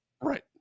Right